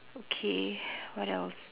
okay what else